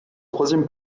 troisième